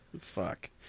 fuck